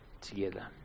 together